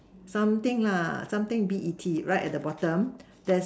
something lah something B E T right at the bottom there's